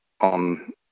on